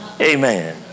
Amen